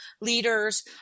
leaders